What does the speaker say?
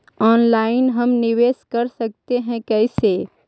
Online हम निवेश कर सकते है, कैसे?